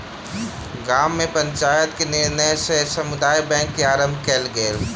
गाम में पंचायत के निर्णय सॅ समुदाय बैंक के आरम्भ कयल गेल